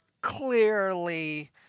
clearly